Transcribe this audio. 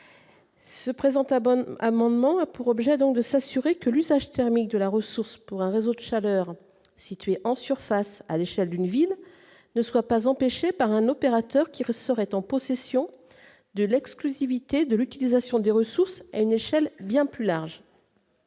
à Bonn amendement a pour objet donc de s'assurer que l'usage thermique de la ressource pour un réseau chaleur situées en surface à l'échelle d'une ville ne soit pas empêché par un opérateur qui ressort est en possession de l'exclusivité de l'utilisation des ressources à une échelle bien plus large.